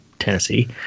Tennessee